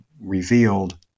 revealed